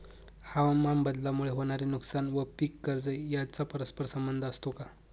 हवामानबदलामुळे होणारे नुकसान व पीक कर्ज यांचा परस्पर संबंध असतो का?